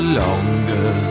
longer